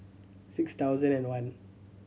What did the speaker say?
six thousand and one